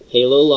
Halo